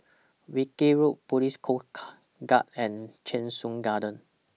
Wilkie Road Police Coast Guard and Cheng Soon Garden